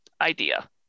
idea